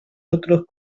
otros